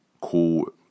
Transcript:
Cool